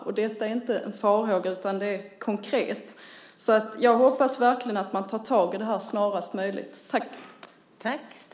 Detta är inte en farhåga, utan det är konkret. Jag hoppas verkligen att man tar tag i det här snarast möjligt.